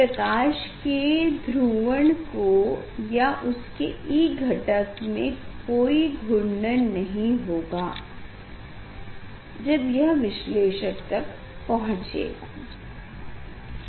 प्रकाश के ध्रुवण को या उसके E घटक में कोई घूर्णन नही होगा जब यह विश्लेषक तक पहुँचेगा